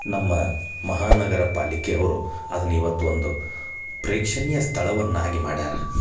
ನಮ್ಮ ಮಹಾನಗರ ಪಾಲಿಕೆ ಅವರು ಅದನ್ನು ಇವತ್ತು ಒಂದು ಪ್ರೇಕ್ಷಣೀಯ ಸ್ಥಳವನ್ನಾಗಿ ಮಾಡ್ಯಾರ